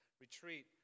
retreat